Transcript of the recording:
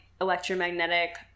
electromagnetic